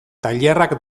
tailerrak